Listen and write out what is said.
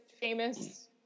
famous